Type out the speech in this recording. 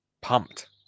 pumped